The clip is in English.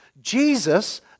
Jesus